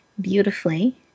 beautifully